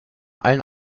allen